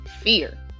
fear